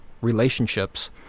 relationships